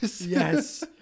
Yes